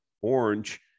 orange